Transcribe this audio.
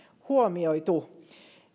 huomioitu